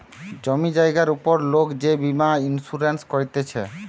জমি জায়গার উপর লোক যে বীমা ইন্সুরেন্স করতিছে